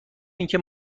اینکه